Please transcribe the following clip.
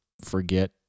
forget